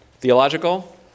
theological